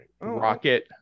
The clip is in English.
Rocket